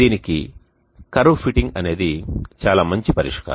దీనికి curve fitting అనేది చాలా మంచి పరిష్కారం